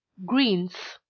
greens.